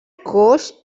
coix